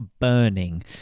burning